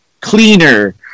cleaner